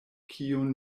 kiun